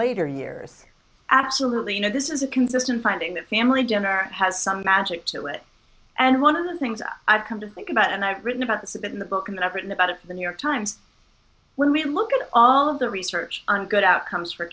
later years absolutely no this is a consistent finding the family dinner has some magic to it and one of the things i've come to think about and i've written about this a bit in the book and have written about in the new york times when we look at all of the research on good outcomes for